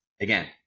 again